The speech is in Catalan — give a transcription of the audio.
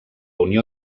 unió